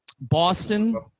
Boston